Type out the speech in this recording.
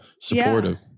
supportive